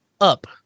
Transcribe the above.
up